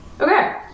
Okay